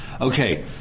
Okay